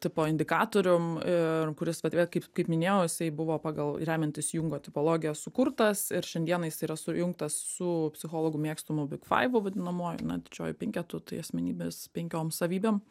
tipo indikatorium ir kuris vat vėl kaip kaip minėjau jisai buvo pagal remiantis jungo tipologija sukurtas ir šiandien jis yra sujungtas su psichologų mėgstamu big faivu vadinamuoju na didžiuoju penketu tai asmenybės penkiom savybėm